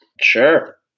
Sure